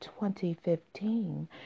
2015